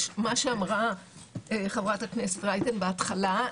יש מה שאמרה חברת הכנסת רייטן בהתחלה,